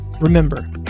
Remember